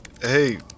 Hey